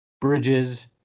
Bridges